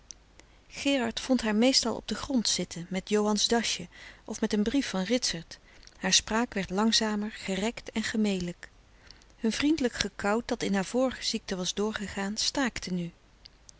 gerard vond haar meestal op den grond zitten met johan's dasje of met een brief van ritsert haar spraak werd langzamer gerekt en gemelijk hun vriendelijk gekout dat in haar vorige ziekte was doorgegaan staakte nu